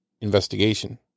investigation